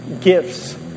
gifts